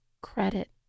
credit